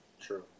True